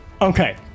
Okay